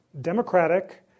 democratic